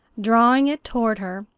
drawing it toward her,